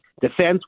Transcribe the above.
defense